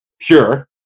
pure